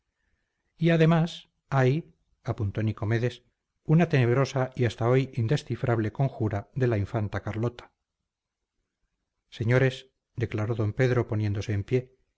y además hay apuntó nicomedes una tenebrosa y hasta hoy indescifrable conjura de la infanta carlota señores declaró d pedro poniéndose en pie